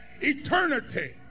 eternity